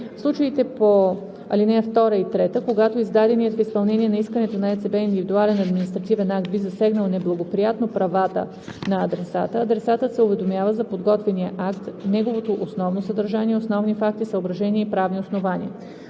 случаите по ал. 2 и 3, когато издаденият в изпълнение на искането на БЦБ индивидуален административен акт би засегнал неблагоприятно правата на адресата, адресатът се уведомява за подготвяния акт, неговото основно съдържание, основни факти, съображения и правни основания.